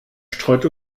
streut